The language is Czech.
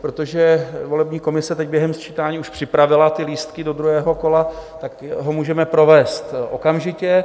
Protože volební komise teď během sčítání už připravila lístky do druhého kola, tak ho můžeme provést okamžitě.